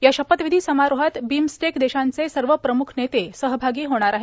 या शपथविधी समारोहात बिमस्टेक देशांचे सर्व प्रमुख नेते सहभागी होणार आहेत